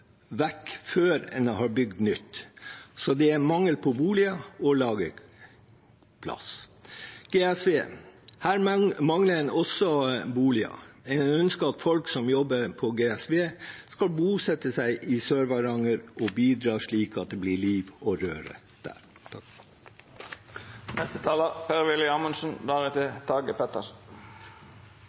vekk før en har bygd nytt, så det er mangel på boliger og lagerplass. Ved GSV mangler man også boliger. En ønsker at folk som jobber på GSV, skal bosette seg i Sør-Varanger og bidra, slik at det blir liv og røre der.